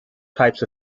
types